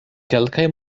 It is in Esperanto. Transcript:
kelkaj